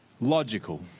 logical